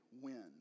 win